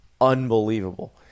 unbelievable